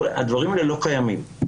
הדברים האלה לא קיימים.